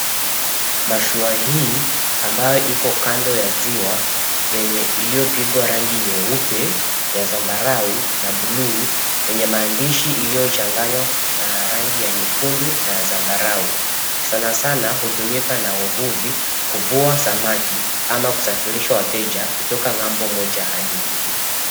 Mashua hii ambayo iko kando ya ziwa yenye iliyopigwa rangi nyeupe ya zambarau na buluu yenye maandishi iliyochanganywa na rangi ya nyekundu na ya zambarau. Sana sana hutumika na wavuvi kuvua samaki ama kusafirisha wateja kutoka ng'ambo moja hadi nyingine.